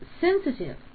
sensitive